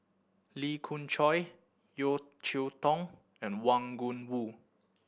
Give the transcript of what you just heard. Lee Khoon Choy Yeo Cheow Tong and Wang Gungwu